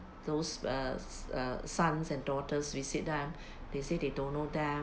those err err sons and daughters visit them they say they don't know them